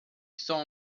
saw